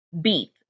beat